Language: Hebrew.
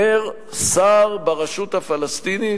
אומר שר ברשות הפלסטינית,